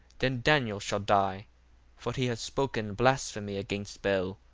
then daniel shall die for he hath spoken blasphemy against bel.